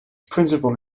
principal